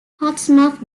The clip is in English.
portsmouth